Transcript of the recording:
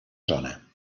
zona